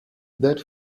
that